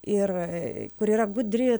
ir kur yra gudri